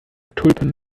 tulpen